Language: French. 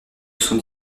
sont